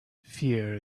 fear